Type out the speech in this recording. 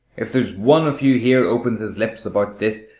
if there's one of you here opens his lips about this,